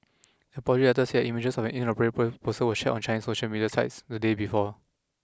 the apology letter said images of an inappropriate poster were shared on Chinese social media sites the day before